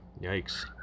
Yikes